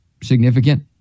significant